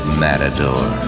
matador